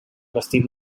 vestit